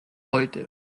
heute